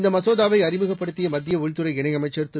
இந்த மசோதாவை அறிமுகப்படுத்திய மத்திய உள்துறை இணையமைச்சர் திரு